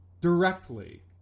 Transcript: directly